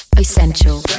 Essential